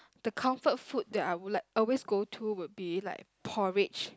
the comfort food that I would like always go to would be like porridge